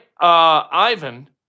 Ivan